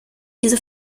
diese